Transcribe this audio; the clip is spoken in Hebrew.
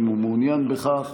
אם הוא מעוניין בכך,